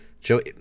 Joey